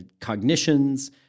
cognitions